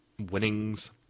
Winnings